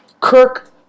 Kirk